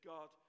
God